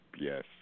yes